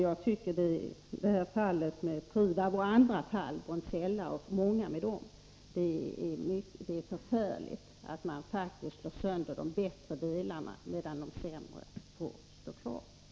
Jag tycker att fallen med Trivab och Bronzella — och många andra — är förfärliga; — man slår sönder de bättre delarna, medan de sämre får stå kvar.